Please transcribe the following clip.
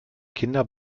kinder